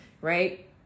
right